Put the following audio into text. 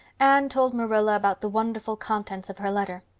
anne told marilla about the wonderful contents of her letter.